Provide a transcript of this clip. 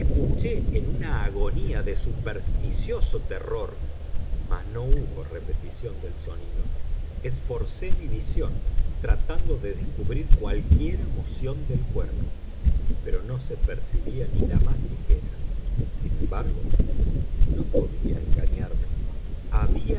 escuché en una agonía de supersticioso terror mas no hubo repetición del sonido esforcé mi visión tratando de descubrir cualquiera moción del cuerpo pero no se percibía ni la más ligera sin embargo no podía engañarme había